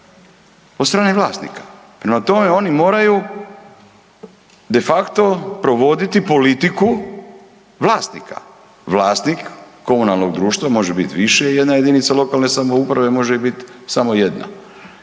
od strane vlasnika. Prema tome, oni moraju de facto provoditi politiku vlasnika. Vlasnik komunalnog društva može bit više jedna JLS, može ih bit samo jedna.